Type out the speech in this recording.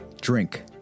drink